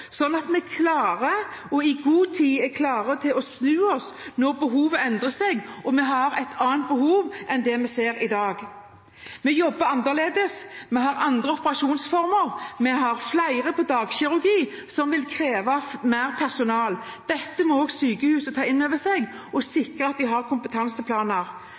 sånn at vi klarer – og i god tid er klare til – å snu oss når behovet endrer seg, når vi har et annet behov enn det vi ser i dag, og når vi jobber annerledes, har andre operasjonsformer og flere på dagkirurgi, som vil kreve mer personal. Dette må også sykehusene ta inn over seg og sikre at de har kompetanseplaner